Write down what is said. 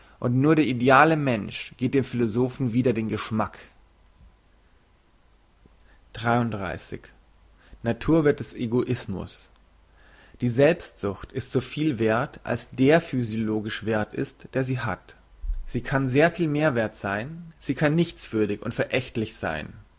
und nur der ideale mensch geht dem philosophen wider den geschmack naturwerth des egoismus die selbstsucht ist so viel werth als der physiologisch werth ist der sie hat sie kann sehr viel werth sein sie kann nichtswürdig und verächtlich sein